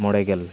ᱢᱚᱬᱮ ᱜᱮᱞ